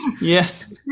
Yes